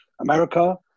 America